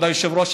כבוד היושב-ראש,